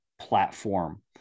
platform